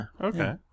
Okay